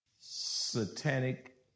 satanic